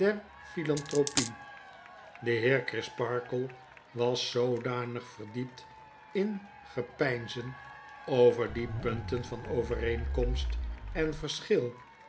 philanthropie de heer crisparkle was zoodanig verdiept in gepeinzen over die punten van overeenkomst en verschil